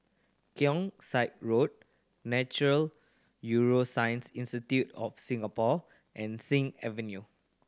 Keong Saik Road Nature Neuroscience Institute of Singapore and Sing Avenue